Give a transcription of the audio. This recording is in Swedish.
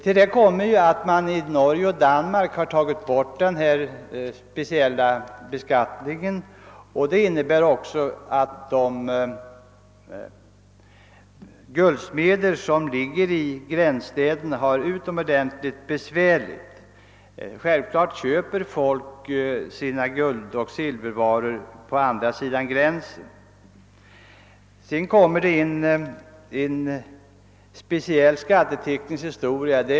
Till detta kommer att man i Danmark och Norge har tagit bort den speciella beskattningen, vilket medför att guldsmederna i de svenska gränsstäderna har det utomordentligt besvärligt. Självfallet köper folk sina guldoch silvervaror på andra sidan gränsen. Dessutom tillkommer en speciell skatteteknisk historia.